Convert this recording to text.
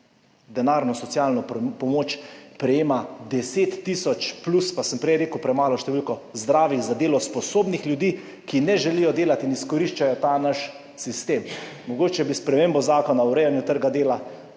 denarno socialno pomoč prejema, 10 tisoč plus pa sem prej rekel premalo, številko zdravi za delo sposobnih ljudi, ki ne želijo delati in izkoriščajo ta naš sistem. Mogoče bi s spremembo Zakona o urejanju trga dela